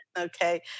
Okay